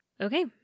okay